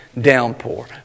downpour